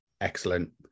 excellent